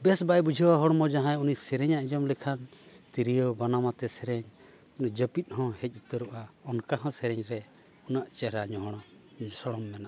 ᱵᱮᱥ ᱵᱟᱭ ᱵᱩᱡᱷᱟᱹᱣᱟ ᱦᱚᱲᱢᱚ ᱡᱟᱦᱟᱸᱭ ᱩᱱᱤ ᱥᱮᱨᱮᱧᱮ ᱟᱸᱡᱚᱢ ᱞᱮᱠᱷᱟᱱ ᱛᱤᱨᱭᱳ ᱵᱟᱱᱟᱢ ᱟᱛᱮᱫ ᱥᱮᱨᱮᱧ ᱡᱟᱹᱯᱤᱫ ᱦᱚᱸ ᱦᱮᱡ ᱩᱛᱟᱹᱨᱚᱜᱼᱟ ᱚᱱᱠᱟ ᱦᱚᱸ ᱥᱮᱨᱮᱧ ᱨᱮ ᱩᱱᱟᱹᱜ ᱪᱮᱦᱨᱟ ᱧᱚᱦᱚᱲ ᱥᱚᱲᱚᱢ ᱢᱮᱱᱟᱜᱼᱟ